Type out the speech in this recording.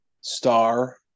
Star